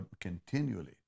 continually